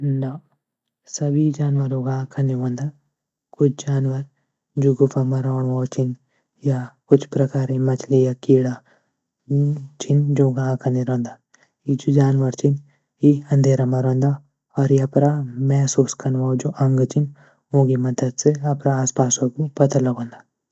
ना, सभी जानवरों का आख नी होंदा, कुछ जानवर जो गुफा म माँ रोऊँ वाला छन या कुछ प्रकारी मचली या कीड़ा छन जो का आख नि रौंद, इ जो जानवर चिन ये अंधेरा माँ रौंदा और ये अपरा मैसोस कन वाला जो अंग चिन वो की मदद से अपरा आसपास को पता लगौंद